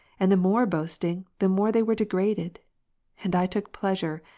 and the more boasting, the more they were degraded and i took pleasure,